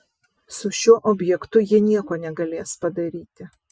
su šiuo objektu jie nieko negalės padaryti